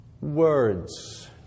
Words